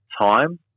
time